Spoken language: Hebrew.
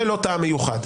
זה לא טעם מיוחד.